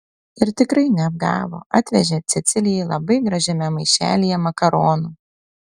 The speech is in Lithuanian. ir tikrai neapgavo atvežė cecilijai labai gražiame maišelyje makaronų